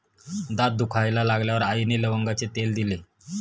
दात दुखायला लागल्यावर आईने लवंगाचे तेल दिले